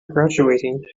graduating